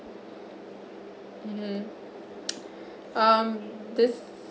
mmhmm um this